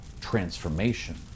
transformation